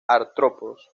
artrópodos